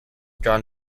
drawn